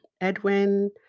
Edwin